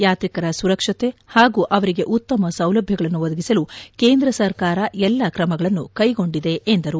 ಯಾತ್ರಿಕರ ಸುರಕ್ಷತೆ ಹಾಗೂ ಅವರಿಗೆ ಉತ್ತಮ ಸೌಲಭ್ಯಗಳನ್ನು ಒದಗಿಸಲು ಕೇಂದ್ರ ಸರ್ಕಾರ ಎಲ್ಲಾ ಕ್ರಮಗಳನ್ನು ಕ್ವೆಗೊಂಡಿದೆ ಎಂದರು